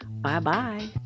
Bye-bye